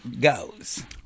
goes